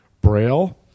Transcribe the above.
braille